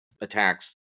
attacks